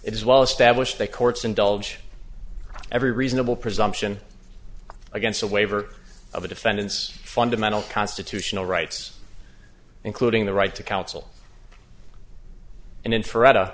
it is well established that courts indulge every reasonable presumption against a waiver of a defendant's fundamental constitutional rights including the right to counsel and in